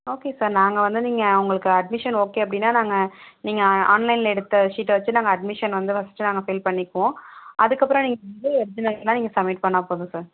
okay sir நாங்கள் வந்து நீங்கள் அவங்களுக்கு அட்மிஷன் ஓகே அப்படின்னா நாங்கள் நீங்கள் ஆன்லைனில் எடுத்த ஷீட்டை வச்சி நாங்கள் அட்மிஷன் வந்து ஃபஸ்ட்டு நாங்க ஃபில் பண்ணிக்குவோம் அதுக்கப்புறம் நீங்கள் வந்து ஒர்ஜினல் இருந்தால் நீங்கள் சம்மிட் பண்ணால் போதும் சார்